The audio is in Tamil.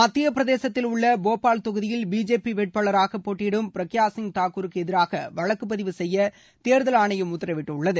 மத்தியப் பிரதேசத்தில் உள்ள போபால் தொகுதியில் பிஜேபி வேட்பாளராக போட்டியிடும் பிரக்யா சிங் தாகூர் க்கு எதிராக வழக்கு பதிவு செய்ய தேர்தல் ஆணையம் உத்தரவிட்டுள்ளது